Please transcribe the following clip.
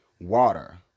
water